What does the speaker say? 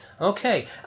Okay